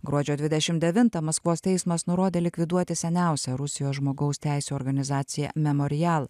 gruodžio dvidešim devintą maskvos teismas nurodė likviduoti seniausią rusijos žmogaus teisių organizaciją memorial